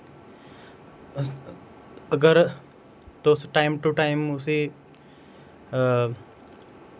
अगर तुस time to time उसी